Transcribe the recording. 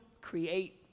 create